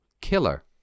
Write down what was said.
killer